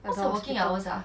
what's the working hours ah